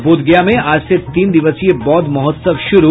और बोधगया में आज से तीन दिवसीय बौद्ध महोत्सव शुरू